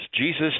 Jesus